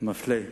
מפליא.